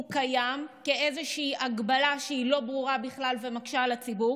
קיים כאיזושהי הגבלה לא ברורה בכלל המקשה על הציבור,